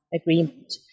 agreement